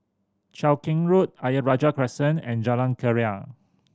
Cheow Keng Road Ayer Rajah Crescent and Jalan Keria